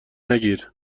نگیر